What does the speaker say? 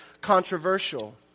controversial